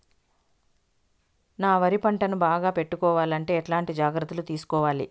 నా వరి పంటను బాగా పెట్టుకోవాలంటే ఎట్లాంటి జాగ్రత్త లు తీసుకోవాలి?